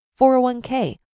401k